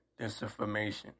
disinformation